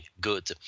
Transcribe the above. good